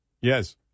Yes